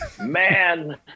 Man